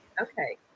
Okay